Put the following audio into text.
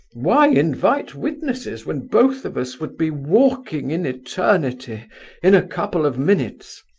why invite witnesses when both of us would be walking in eternity in a couple of minutes?